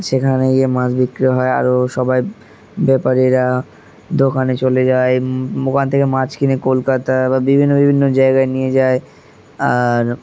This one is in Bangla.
সেখানে গিয়ে মাছ বিক্রি হয় আরও সবাই ব্যাপারী দোকানে চলে যায় ওখান থেকে মাছ কিনে কলকাতা বা বিভিন্ন বিভিন্ন জায়গায় নিয়ে যায় আর